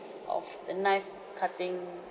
of the knife cutting